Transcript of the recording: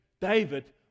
David